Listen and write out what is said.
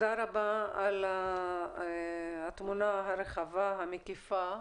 תודה רבה על התמונה הרחבה, המקיפה.